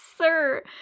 sir